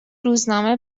روزنامه